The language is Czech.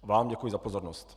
Vám děkuji za pozornost.